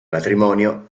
matrimonio